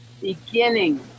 beginning